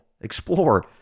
explore